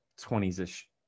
20s-ish